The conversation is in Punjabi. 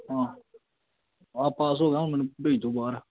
ਹਾਂ ਹਾਂ ਪਾਸ ਹੋ ਗਿਆ ਹੁਣ ਮੈਨੂੰ ਭੇਜ ਦਿਓ ਬਾਹਰ